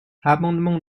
amendement